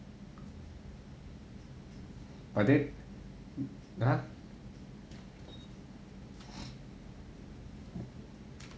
but then !huh!